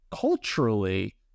culturally